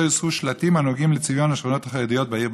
יוסרו שלטים הנוגעים בצביון השכונות החרדיות בעיר.